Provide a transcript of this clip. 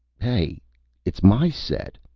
hey it's my set!